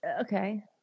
Okay